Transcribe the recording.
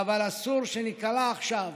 אסור שניקלע עכשיו